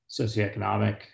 socioeconomic